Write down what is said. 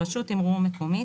"רשות תימרור מקומית",